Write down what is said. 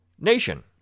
nation